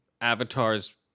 Avatars